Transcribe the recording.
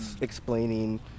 explaining